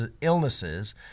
illnesses